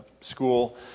school